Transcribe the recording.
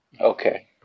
Okay